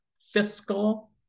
Fiscal